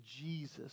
Jesus